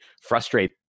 frustrate